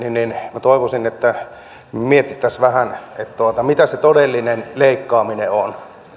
toivoisin että mietittäisiin vähän mitä se todellinen leikkaaminen on